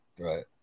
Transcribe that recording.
Right